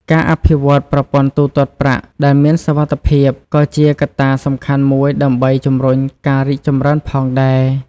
ការអភិវឌ្ឍប្រព័ន្ធទូទាត់ប្រាក់ដែលមានសុវត្ថិភាពក៏ជាកត្តាសំខាន់មួយដើម្បីជំរុញការរីកចម្រើនផងដែរ។